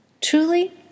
truly